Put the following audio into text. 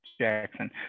Jackson